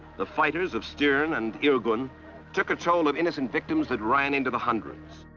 the fighters of stern and irgun took a toll of innocent victims that ran into the hundreds.